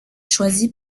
choisi